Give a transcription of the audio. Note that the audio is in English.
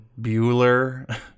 Bueller